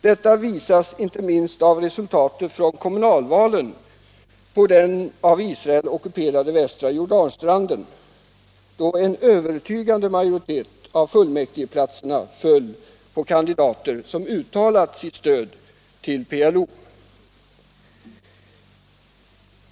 Detta visas inte minst av resultaten från kommunalvalen på den av Israel ockuperade västra Jordanstranden, då en övertygande majoritet av fullmäktigeplatserna föll på kandidater som uttalade sitt stöd till PLO.